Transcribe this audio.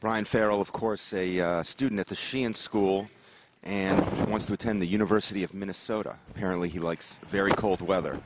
brian farrell of course a student at the sheehan school and wants to attend the university of minnesota apparently he likes very cold weather